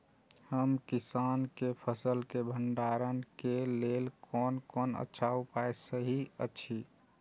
हम किसानके फसल के भंडारण के लेल कोन कोन अच्छा उपाय सहि अछि?